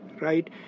right